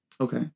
Okay